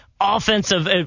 offensive